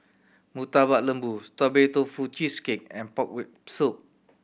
Murtabak Lembu Strawberry Tofu Cheesecake and pork rib soup